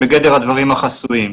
בגדר הדברים החסויים.